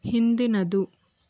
ಹಿಂದಿನದು